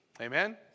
Amen